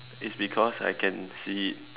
it's because I can see it